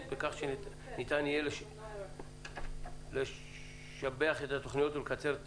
בכך שניתן יהיה לשבח את התוכניות ולקצר את